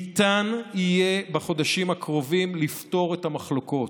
ניתן יהיה בחודשים הקרובים לפתור את המחלוקות.